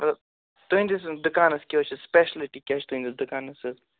مطلب تُہٕنٛدِس دُکانَس کیٛاہ حظ چھ سِپیشلٹی کیٛاہ چھِ تُہٕنٛدِس دُکانَس حظ